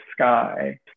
sky